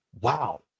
wow